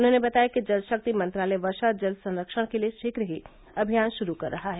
उन्होंने बताया कि जल शक्ति मंत्रालय वर्षा जल संरक्षण के लिये शीघ्र ही अभियान शुरू कर रहा है